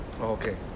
Okay